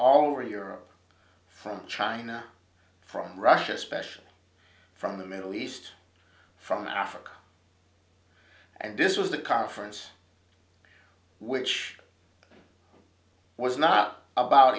all over europe from china from russia especially from the middle east from africa and this was the car for us which was not about